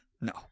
No